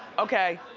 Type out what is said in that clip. okay?